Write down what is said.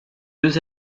deux